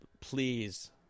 please